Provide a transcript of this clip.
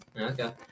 Okay